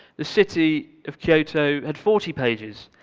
the city of kyoto had forty pages.